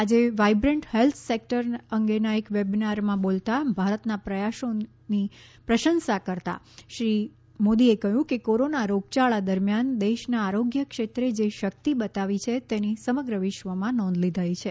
આજે vibrant health sector અંગેના એક વેબિનારમાં બોલતાં ભારતના પ્રયાસોની પ્રશંસા કરતાં શ્રી મોદીએ કહ્યું કે કોરોના રોગયાળા દરમિયાન દેશના આરોગ્ય ક્ષેત્રે જે શક્તિ બતાવી છે તેની સમગ્ર વિશ્વમાં નોંધ લીધી છે